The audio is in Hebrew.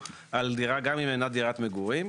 דירה גם אם אינה דירת מגורים,